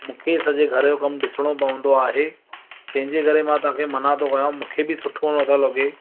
मूंखे ही सॼे घर जो कमु ॾिसणो पवंदो आहे तंहिंजे करे मां तव्हांखे मनां थो कया मूंखे बि सुठो नथो लॻे